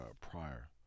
prior